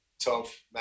tough